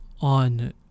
on